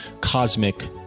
cosmic